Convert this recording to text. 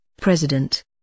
president